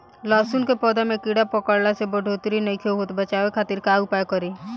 लहसुन के पौधा में कीड़ा पकड़ला से बढ़ोतरी नईखे होत बचाव खातिर का उपाय करी?